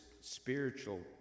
spiritual